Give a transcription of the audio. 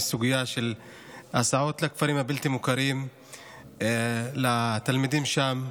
שהיא סוגיה של הסעות בכפרים הבלתי-מוכרים לתלמידים שם.